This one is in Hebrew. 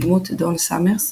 בדמות דון סאמרס,